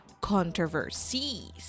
controversies